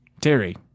Terry